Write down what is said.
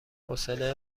حوصله